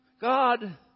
God